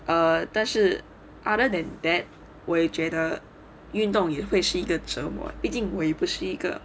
err 但是 other than that 我也觉得运动也会是一个折磨毕竟也不是一个